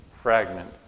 fragment